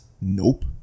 nope